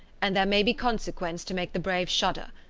and there may be consequence to make the brave shudder.